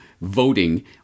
voting